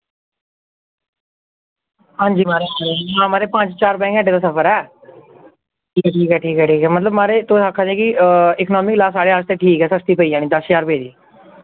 हांजी माराज माराज पंज चार पंज घैंटे दा सफर ऐ ठीक ऐ ठीक ऐ ठीक ऐ ठीक ऐ मतलब माराज तुस आक्खा दे कि इकनोमिक साढ़े आस्तै ठीक ऐ सस्ती पेई जानी दस ज्हार रपे दी